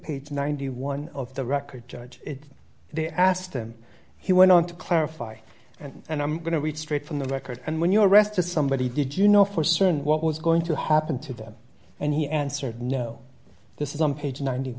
page ninety one of the record judge they asked him he went on to clarify and i'm going to read straight from the record and when you arrest to somebody did you know for certain what was going to happen to them and he answered no this is on page ninety